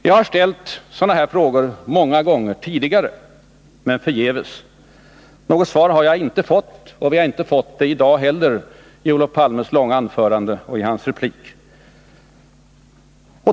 Jag har ställt sådana frågor många gånger tidigare men förgäves. Något svar har jag inte fått, och vi har inte fått det i dag heller i Olof Palmes långa anförande och i hans replik.